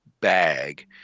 bag